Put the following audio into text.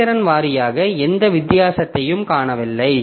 செயல்திறன் வாரியாக எந்த வித்தியாசத்தையும் காணவில்லை